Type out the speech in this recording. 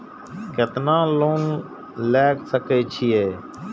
केतना लोन ले सके छीये?